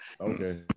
Okay